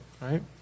right